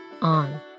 on